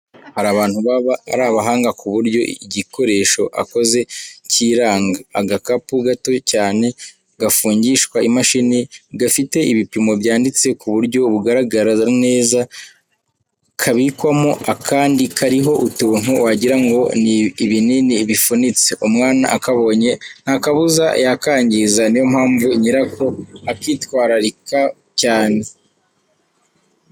Hari abantu baba ari abahanga ku buryo igikoresho akoze cyiranga! Agakapu gato cyane, gafungishwa imashini, gafite ibipimo byanditse ku buryo bugaragara neza, kabikwamo akandi kariho utuntu wagira ngo ni ibinini bifunitse, umwana akabonye nta kabuza yakangiza, ni yo mpamvu nyirako akitwararika cyane.